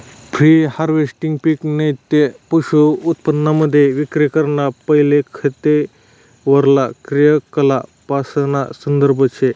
pre हारवेस्टहाई पिक नैते पशुधनउत्पादन विक्री कराना पैले खेतीवरला क्रियाकलापासना संदर्भ शे